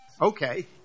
Okay